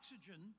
oxygen